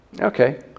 okay